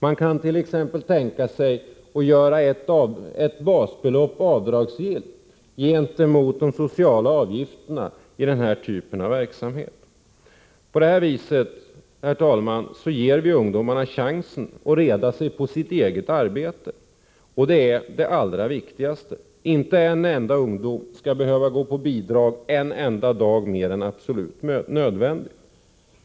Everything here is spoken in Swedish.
Man kan t.ex. tänka sig att göra ett basbelopp avdragsgillt gentemot de sociala avgifterna i sådan verksamhet. På detta sätt ger vi, herr talman, ungdomarna chansen att reda sig på sitt eget arbete, och det är det allra viktigaste. Inte en enda av ungdomarna skall behöva gå på bidrag en enda dag mer än absolut nödvändigt.